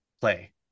play